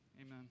Amen